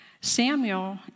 Samuel